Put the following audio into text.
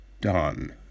done